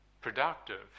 productive